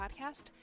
Podcast